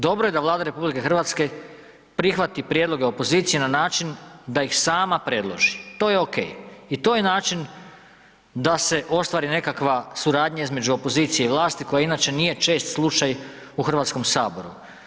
Dobro je da Vlada RH prihvati prijedloge opozicije na način da ih sama predloži, to je ok i to je način da se ostvari nekakva suradnja između opozicije i vlasti koja inače nije čest slučaj u HS-u.